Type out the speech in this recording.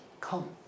come